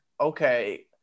okay